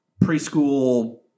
preschool